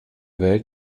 welt